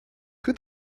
who